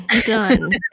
Done